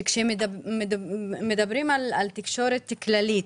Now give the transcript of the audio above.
שכשמדברים על תקשורת כללית,